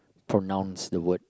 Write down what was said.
pronounce the word